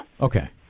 Okay